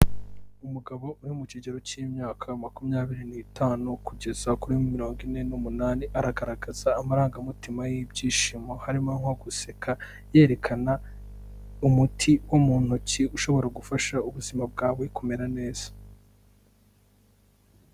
Umugabo uri mu kigero cy'imyaka makumyabiri n'itanu kugeza kuri mirongo ine n'umunani, aragaragaza amarangamutima y'ibyishimo, harimo nko guseka, yerekana umuti wo mu ntoki ushobora gufasha ubuzima bwawe kumera neza.